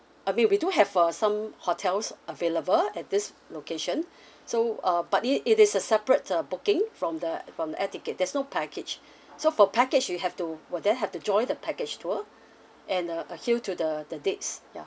I mean we do have uh some hotels available at this location so uh but it it is a separate uh booking from the from the air ticket there's no package so for package you have to will then have to join the package tour and uh adhere to the the dates ya